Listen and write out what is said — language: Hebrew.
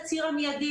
הציר המיידי,